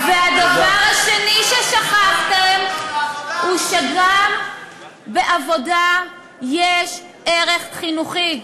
והדבר השני ששכחתם הוא שגם בעבודה יש ערך חינוכי,